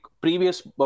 previous